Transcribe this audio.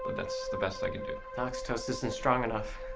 that's the best i can do. noxtose isn't strong enough.